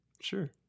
Sure